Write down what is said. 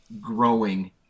growing –